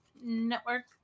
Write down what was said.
Network